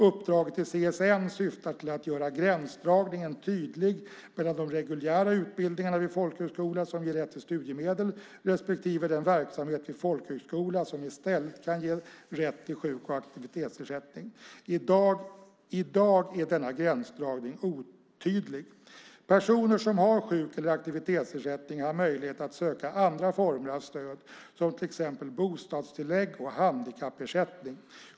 Uppdraget till CSN syftar till att göra gränsdragningen tydlig mellan de reguljära utbildningarna vid folkhögskola som ger rätt till studiemedel respektive den verksamhet vid folkhögskola som i stället kan ge rätt till sjuk eller aktivitetsersättning. I dag är denna gränsdragning otydlig. Personer som har sjuk eller aktivitetsersättning har möjlighet att söka andra former av stöd, till exempel bostadstillägg och handikappersättning.